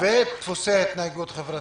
ודפוסי התנהגות חברתיים.